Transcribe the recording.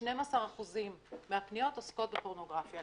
12% מהפניות עוסקות בפורנוגרפיה.